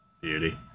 Beauty